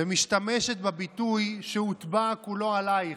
ומשתמשת בביטוי שהוטבע כולו עליך,